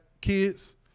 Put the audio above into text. kids